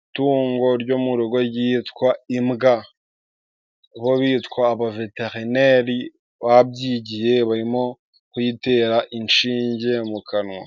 itungo ryo mu rugo ryitwa imbwa bo bitwa aba veterineri babyigiye barimo kuyitera inshinge mu kanwa.